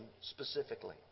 specifically